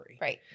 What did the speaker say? Right